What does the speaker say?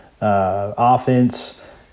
offense